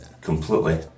completely